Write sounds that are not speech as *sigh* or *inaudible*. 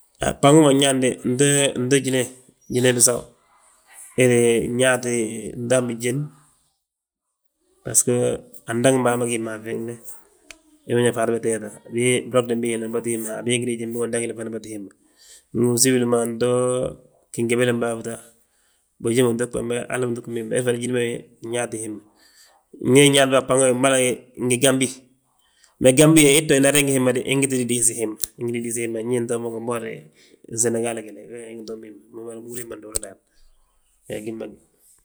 Bango ma nyaa be nto jíne, jine bisaw, hede nyaate nto han bejen. Basgo, andaŋ bâa ma géed ma a fyeeŋnde, hi ma binyaa faatu bateeta. Ndi wii brogdi mbini ma bâto hemma, a bii giriiji mbii undaŋ hilli ma bâto hemma. Ngú unsibili ma nto, gingébelen baafata, boji bintuug bembe, halla bintuug bembe hemma. Hed ma, hedi fana nyaate hemma, ndi nyaanti mo a gbango mboli, ngi gambi. Mee gambi ii tto inan riŋi hemma, ingiti diise hemma, ingiti diisi hemma ndi intoo mo ginboorin Senegal gele wee wi ingi too mo hemma. Inhúri hemma nduulu daal. *unintelligible*